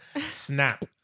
Snap